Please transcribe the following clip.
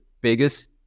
biggest